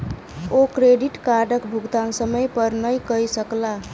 ओ credit कार्डक भुगतान समय पर नै कय सकला